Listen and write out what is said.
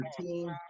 team